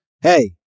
hey